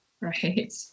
right